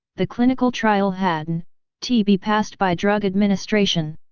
the clinical trial hadn t be passed by drug administration.